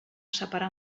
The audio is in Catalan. separar